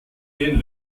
den